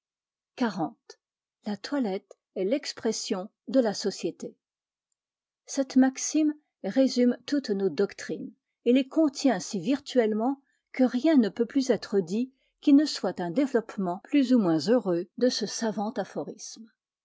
xl la toilette est l'expression de la société cette maxime résume toutes nos doctrines et les contient si virtuellement que rien ne peut plus être dit qui ne soit un développement plus ou moins heureux de ce savant